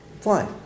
Fine